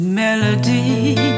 melody